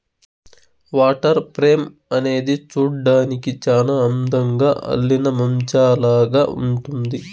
water frame అనేది చూడ్డానికి చానా అందంగా అల్లిన మంచాలాగా ఉంటుంది